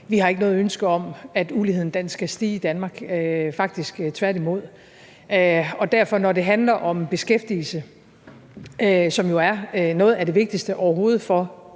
Vi har ikke noget ønske om, at uligheden i Danmark skal stige – faktisk tværtimod. Og når det handler om beskæftigelse, som jo er noget af det vigtigste